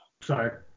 Sorry